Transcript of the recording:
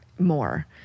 more